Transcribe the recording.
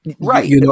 Right